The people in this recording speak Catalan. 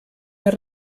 més